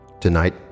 Tonight